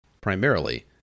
Primarily